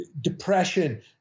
depression